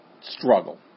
Struggle